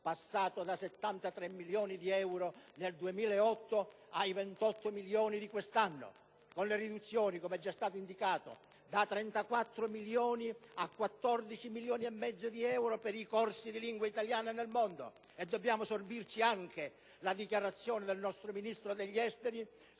passato dai 73 milioni di euro del 2008 ai 28 milioni di quest'anno, con le seguenti riduzioni: da 34 milioni a 14 milioni e mezzo di euro per i corsi di lingua italiana nel mondo (e dobbiamo sorbirci anche la dichiarazione del nostro Ministro degli affari